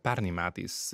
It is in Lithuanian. pernai metais